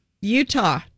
utah